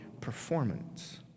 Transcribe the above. performance